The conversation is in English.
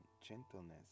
gentleness